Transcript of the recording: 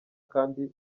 kandi